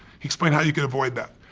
he explained how you can avoid that.